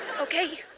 Okay